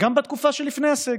גם בתקופה שלפני הסגר.